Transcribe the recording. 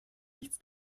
nichts